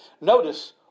Notice